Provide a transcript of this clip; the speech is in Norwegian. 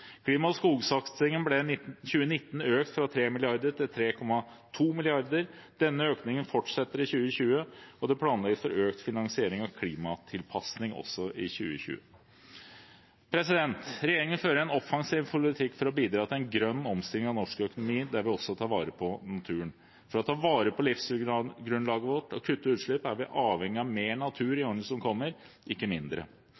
Klima- og skogsatsingen ble i 2019 økt fra 3 mrd. kr til 3,2 mrd. kr. Denne økningen fortsetter i 2020, og det planlegges for økt finansiering av klimatilpasning også i 2020. Regjeringen fører en offensiv politikk for å bidra til en grønn omstilling av norsk økonomi der vi også tar vare på naturen. For å ta vare på livsgrunnlaget vårt og kutte utslipp er vi avhengig av mer natur